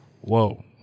whoa